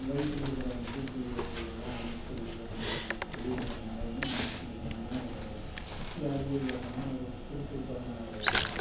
வயிற்றுக்குள்ருக்கற அந்த பூச்சி வகைகளெல்லாம் அழிச்சிட்டு வந்து வெளி வர்றனால் வந்து மலச்சிக்கல் இல்லாமல் ஒரு வியாதியே இல்லாமல் ஒரு சுறுசுறுப்பான ஒரு